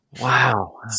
Wow